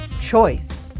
choice